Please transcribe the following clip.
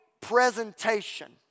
presentation